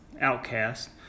outcast